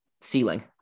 ceiling